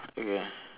okay